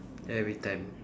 every time